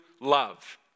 love